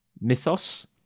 mythos